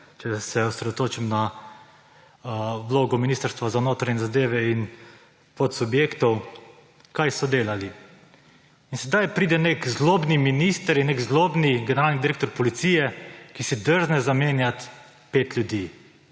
če se osredotočim na vlogo Ministrstva za notranje zadeve in podsubjektov, kaj so delali. In sedaj pride nek zlobni minister in nek zlobni generalni direktor policije, ki si drzne zamenjati pet ljudi!